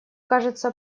кажется